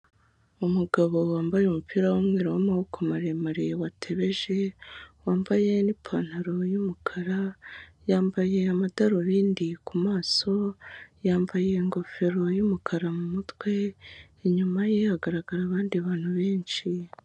Umugabo wambaye umupira w'umweru w'amaboko maremare wa tebeje, wambaye n'ipantaro y'umukara yambaye amadarubindi ku maso, yambaye ingofero y'umukara mu mutwe inyuma ye hagaragara abandi bantu benshi.